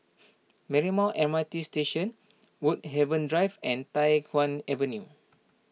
Marymount M R T Station Woodhaven Drive and Tai Hwan Avenue